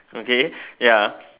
okay ya